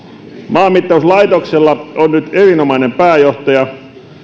maanmittauslaitoksella on nyt erinomainen pääjohtaja